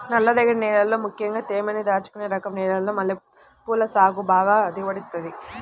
నల్లరేగడి నేలల్లో ముక్కెంగా తేమని దాచుకునే రకం నేలల్లో మల్లెపూల సాగు బాగా దిగుబడినిత్తది